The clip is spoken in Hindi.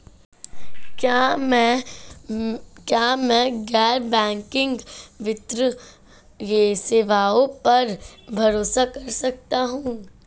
क्या मैं गैर बैंकिंग वित्तीय सेवाओं पर भरोसा कर सकता हूं?